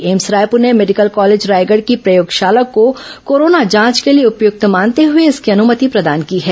AIIMS Raipur ने medical college Raigarh की प्रयोगशाला को कोरोना जांच के लिए उपयक्त मानते हुए इसकी अनुमति प्रदान की है